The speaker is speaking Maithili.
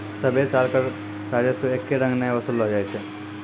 सभ्भे साल कर राजस्व एक्के रंग नै वसूललो जाय छै